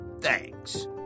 Thanks